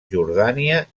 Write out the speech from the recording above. jordània